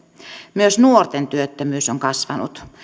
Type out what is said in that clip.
myös nuorten työttömyys on kasvanut